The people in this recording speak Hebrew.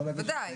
ודאי.